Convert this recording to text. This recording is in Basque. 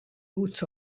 huts